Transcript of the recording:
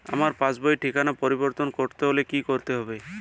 আমার পাসবই র ঠিকানা পরিবর্তন করতে হলে কী করতে হবে?